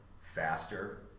faster